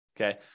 Okay